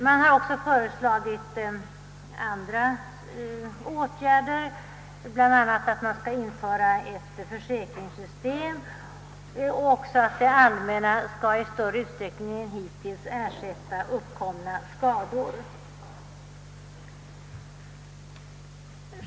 Man har också föreslagit andra åtgärder, bl.a. ett införande av ett försäkringssystem och att det allmänna i större utsträckning än hittills skulle ersätta uppkomna skador.